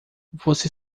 você